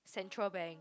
Central Bank